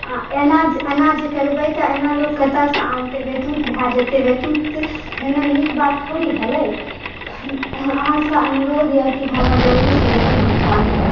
आ एना जे करबै तऽ एना लोग कतऽसँ आनतै बैथूत भए जेतै बैथूत भेने नीक बात थोड़े भेलै अहाँसँ अनुरोध यऽ कि हमर जल्दी से जल्दी भुगतान करु